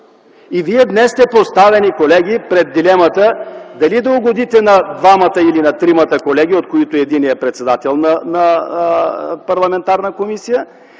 Колеги, днес сте поставени пред дилемата дали да угодите на двамата или на тримата колеги, от които единият е председател на парламентарна комисия,